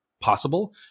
possible